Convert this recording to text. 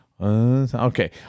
Okay